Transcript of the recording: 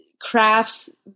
crafts